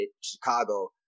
Chicago